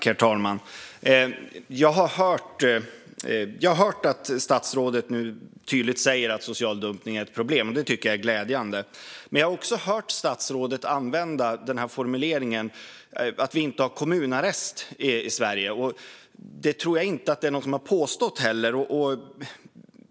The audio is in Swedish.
Herr talman! Statsrådet säger nu tydligt att social dumpning är ett problem. Det är glädjande. Men jag har också hört statsrådet använda formuleringen att vi inte har kommunarrest i Sverige. Det tror jag inte att någon har påstått heller.